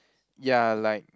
ya like